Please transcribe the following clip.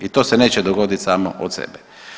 I to se neće dogoditi samo od sebe.